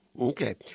Okay